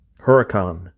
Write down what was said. Huracan